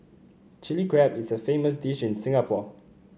Chilli Crab is a famous dish in Singapore